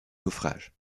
naufrage